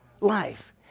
Life